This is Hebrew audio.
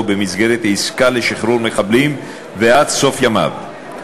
במסגרת עסקה לשחרור מחבלים ועד סוף ימיו.